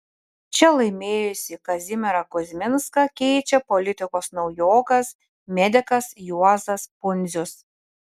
čia laimėjusį kazimierą kuzminską keičia politikos naujokas medikas juozas pundzius